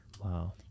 Wow